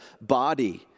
body